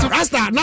Rasta